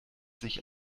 sich